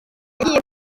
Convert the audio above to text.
yajyiye